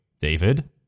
David